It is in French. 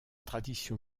tradition